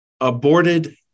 aborted